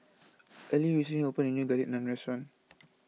Earlie recently opened a new Garlic Naan restaurant